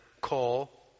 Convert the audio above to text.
call